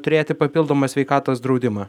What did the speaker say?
turėti papildomą sveikatos draudimą